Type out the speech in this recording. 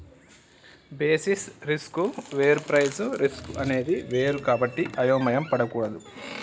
basis risk వేరు price risk అనేది వేరు కాబట్టి అయోమయం పడకూడదు